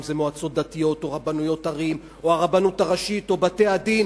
אם זה מועצות דתיות או רבנויות ערים או הרבנות הראשית או בתי-הדין,